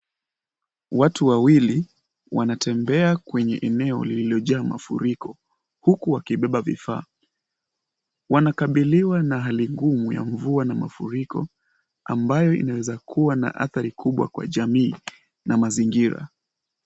Watu wawili wanatembea kwenye eneo lililojaa mafuriko, huku wakibeba vifaa . Wanakabiliwa na hali ngumu ya mvua na mafuriko, ambayo inaweza kuwa na athari kubwa kwa jamii na mazingira.